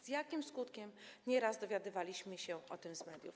Z jakim skutkiem, nie raz dowiadywaliśmy się o tym z mediów.